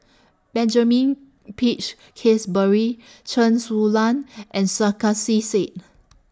Benjamin Peach Keasberry Chen Su Lan and Sarkasi Said